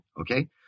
Okay